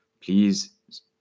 please